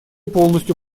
полностью